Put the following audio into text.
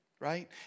right